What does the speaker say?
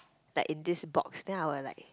that in this box then I would like